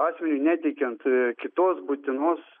asmeniui neteikiant kitos būtinos